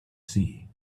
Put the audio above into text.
see